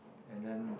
and then